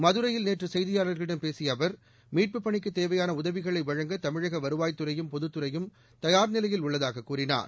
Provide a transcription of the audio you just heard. மதுரையில் நேற்று செய்தியாளர்களிடம் பேசிய அவர் மீட்புப் பனிக்கு தேவையாள உதவிகளை வழங்க தமிழக வருவாய்த்துறையும் பொதுத்துறையும் தயார் நிலையில் உள்ளதாக கூறினார்